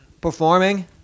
Performing